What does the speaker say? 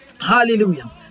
Hallelujah